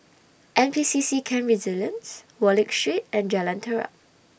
N P C C Camp Resilience Wallich Street and Jalan Terap